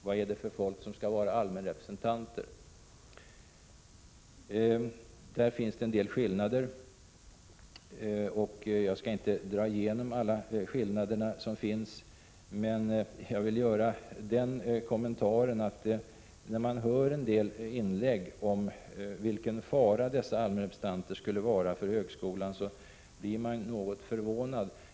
Vad är det för folk som skall vara allmänrepresentanter? Där finns det en del skillnader i uppfattning. Jag skall inte här redogöra för alla dessa skillnader, men jag vill göra den kommentaren att när man lyssnar på en del inlägg om vilka faror dessa allmänrepresentanter skulle utgöra för högskolan, så blir man något förvånad.